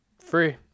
Free